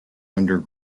under